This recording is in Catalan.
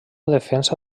defensa